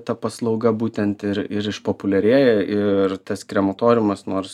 ta paslauga būtent ir ir išpopuliarėjo ir tas krematoriumas nors